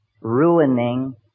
ruining